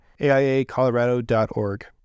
aiacolorado.org